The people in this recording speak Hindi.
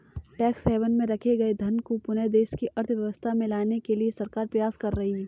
टैक्स हैवन में रखे गए धन को पुनः देश की अर्थव्यवस्था में लाने के लिए सरकार प्रयास कर रही है